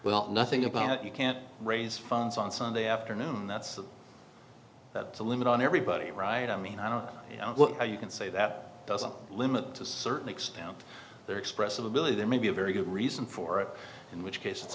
well nothing about you can't raise funds on sunday afternoon that's that's a limit on everybody right i mean i don't know how you can say that doesn't limit to certain extent there expressive ability there may be a very good reason for it in which case it's